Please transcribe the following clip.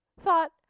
thought